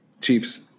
chiefs